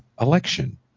election